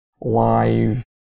live